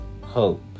hope